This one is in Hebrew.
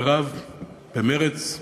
חבריו במרצ,